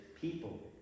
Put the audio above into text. people